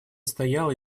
стоял